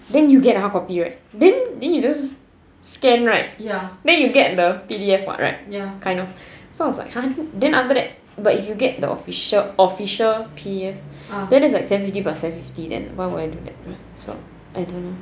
then you get hardcopy right then you just scan right then you get the P_D_F what right kind of so I was like !huh! then after that but if you get the official official P_D_F then there was like seventy percent fifty why would I do that bruh so I don't know